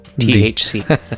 THC